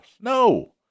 No